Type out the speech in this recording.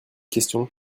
question